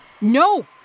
No